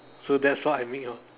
so that's what I'll make lor